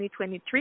2023